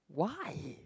why